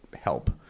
help